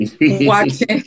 watching